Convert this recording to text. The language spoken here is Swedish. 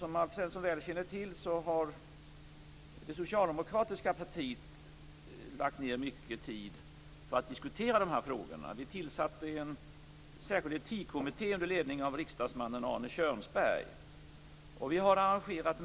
Som Alf Svensson väl känner till, har det socialdemokratiska partiet lagt ned mycken tid på att diskutera de här frågorna. Vi tillsatte en särskild etikkommitté under ledning av riksdagsmannen Arne Kjörnsberg. Vi har arrangerat